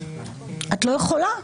את לא יכולה.